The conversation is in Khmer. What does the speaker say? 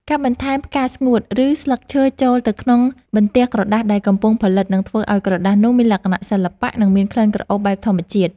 ការបន្ថែមផ្កាស្ងួត ឬ ស្លឹកឈើចូលទៅក្នុងបន្ទះក្រដាសដែលកំពុងផលិត នឹងធ្វើឱ្យក្រដាសនោះមានលក្ខណៈសិល្បៈ និង មានក្លិនក្រអូបបែបធម្មជាតិ។